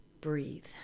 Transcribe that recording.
Breathe